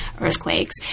earthquakes